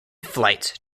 flights